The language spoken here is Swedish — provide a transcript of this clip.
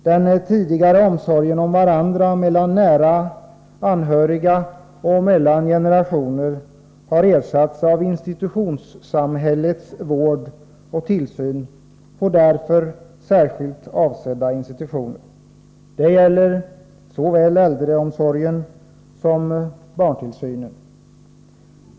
Den tidigare omsorgen om varandra mellan nära anhöriga och mellan generationer har ersatts av institutionssamhällets vård och tillsyn på därför särskilt avsedda institutioner. Det gäller såväl äldreomsorgen som barntillsynen.